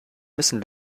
müssen